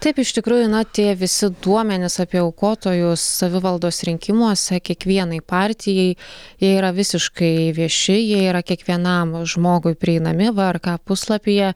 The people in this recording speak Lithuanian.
taip iš tikrųjų na tie visi duomenys apie aukotojus savivaldos rinkimuose kiekvienai partijai jie yra visiškai vieši jie yra kiekvienam žmogui prieinami vrk puslapyje